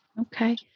Okay